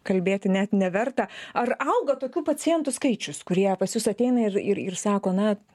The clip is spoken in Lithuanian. kalbėti net neverta ar auga tokių pacientų skaičius kurie pas jus ateina ir ir ir sako na